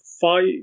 five